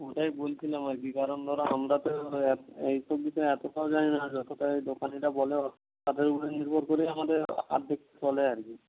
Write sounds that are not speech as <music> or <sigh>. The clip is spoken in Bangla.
ওটাই বলছিলাম আর কি কারণ ধরো আমরা তো এইসব বিষয়ে এতটাও জানি না যতটা এই দোকানিরা বলে <unintelligible> তাদের উপরে নির্ভর করেই আমাদের অর্ধেক চলে আর কি